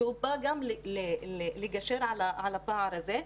שהוא בא גם לקשר על הפער הזה.